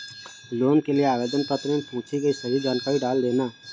loan के लिए आवेदन पत्र में पूछी गई सभी जानकारी डाल देना